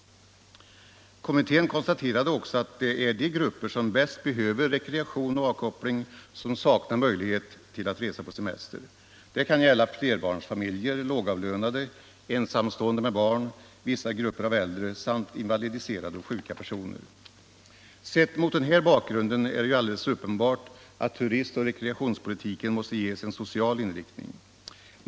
Kommittén konstaterade också att det är de grupper som bäst behöver rekreation och avkoppling som saknar möjlighet att resa på semester. Det kan gälla flerbarnsfamiljer, lågavlönade, ensamstående med barn, vissa grupper av äldre samt invalidiserade och sjuka personer. Sett mot den bakgrunden är det alldeles uppenbart att turistoch rekreationspolitiken måste ges en social inriktning.